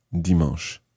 Dimanche